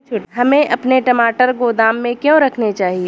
हमें अपने टमाटर गोदाम में क्यों रखने चाहिए?